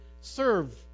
serve